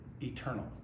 eternal